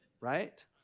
right